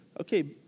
okay